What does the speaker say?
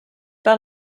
par